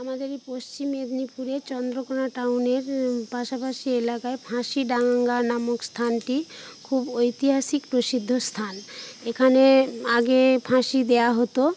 আমাদের এই পশ্চিম মেদিনীপুরে চন্দ্রকোনা টাউনের পাশাপাশি এলাকায় ফাঁসিডাঙা নামক স্থানটি খুব ঐতিহাসিক প্রসিদ্ধ স্থান এখানে আগে ফাঁসি দেওয়া হতো